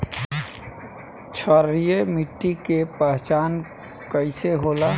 क्षारीय मिट्टी के पहचान कईसे होला?